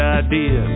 idea